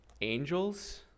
angels